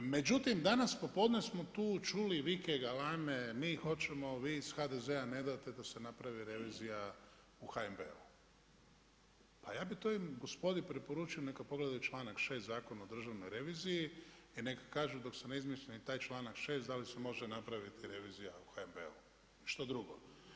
Međutim, danas popodne smo tu čuli vike, galame, mi hoće, vi iz HDZ-a ne date da se napravi revizija u HNB-u. pa ja bi toj gospodi preporučio neka pogledaju članak 6. Zakona o Državnoj reviziji i nek kažu dok se ne izmjeni taj članak 6. da li se može napraviti revizija u HNB-u ili što drugo.